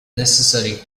necessary